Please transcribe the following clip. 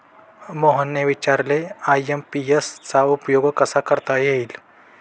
मोहनने विचारले आय.एम.पी.एस चा उपयोग कसा करता येईल?